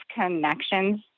connections